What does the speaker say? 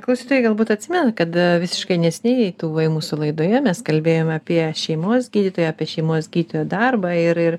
klausytojai galbūt atsimena kada visiškai neseniai tu buvai mūsų laidoje mes kalbėjom apie šeimos gydytoją apie šeimos gydytojo darbą ir ir